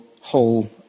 whole